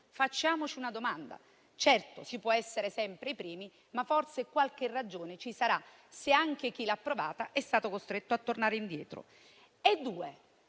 facciamoci una domanda: certo, si può essere sempre i primi, ma forse qualche ragione ci sarà se anche chi l'ha approvata è stato costretto a tornare indietro.